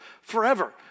forever